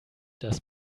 das